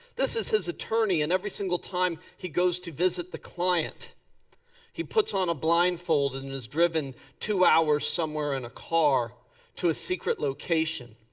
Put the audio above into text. this is his attorney and every single time he goes to visit the client he puts on a blindfold and and is driven two hours somewhere in a car to a secret location.